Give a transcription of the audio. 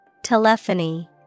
Telephony